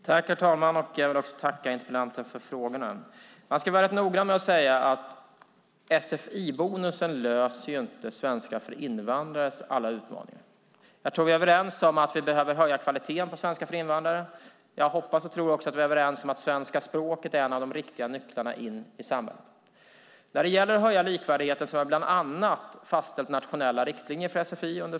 Herr talman! Jag vill tacka interpellanten för frågorna. Jag ska vara noggrann med att säga att sfi-bonusen inte löser alla utmaningar med svenska för invandrare. Jag tror att vi behöver höja kvaliteten på svenska för invandrare. Jag hoppas och tror att vi också är överens om att svenska språket är en av de riktiga nycklarna in i samhället. När det gäller att höja likvärdigheten har vi under förra mandatperioden bland annat fastställt nationella riktlinjer för sfi.